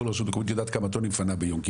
כל רשות מקומית יודעת כמה טון היא מפנה ביום,